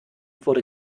wurde